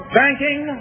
banking